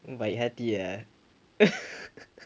baik hati ah